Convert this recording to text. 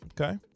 Okay